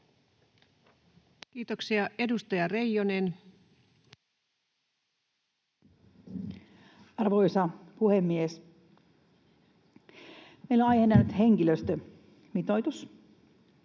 Kiitoksia. — Edustaja Reijonen. Arvoisa puhemies! Meillä on aiheena nyt henkilöstömitoitus.